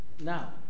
Now